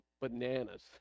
bananas